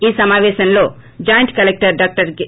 ఈ సమాపేశంలో joint collector doctor K